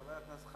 חבר הכנסת